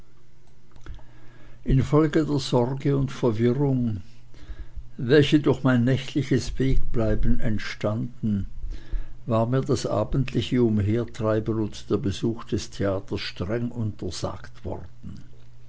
infolge der sorge und verwirrung welche durch mein nächtliches wegbleiben entstanden war mir das abendliche umhertreiben und der besuch des theaters streng untersagt worden